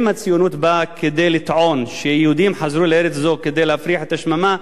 אם הציונות באה כדי לטעון שיהודים חזרו לארץ זו כדי להפריח את השממה,